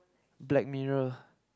Black Mirror